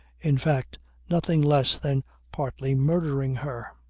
in fact nothing less than partly murdering her.